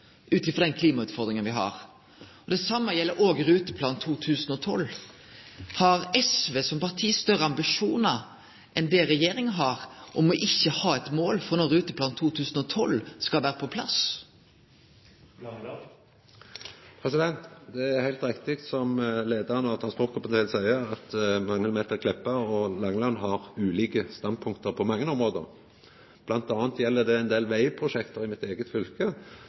ut frå den klimautfordringa me har. Det same gjeld òg for Ruteplan 2012. Har SV som parti større ambisjonar enn det regjeringa har, om ikkje å ha eit mål for når Ruteplan 2012 skal vere på plass? Det er heilt riktig som leiaren av transportkomiteen seier, at Magnhild Meltveit Kleppa og Langeland har ulike standpunkt på mange område. Blant anna gjeld det ein del vegprosjekt i mitt eige fylke,